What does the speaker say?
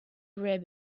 rib